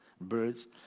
birds